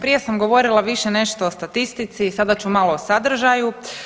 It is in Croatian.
Prije sam govorila više nešto o statistici, sada ću malo o sadržaju.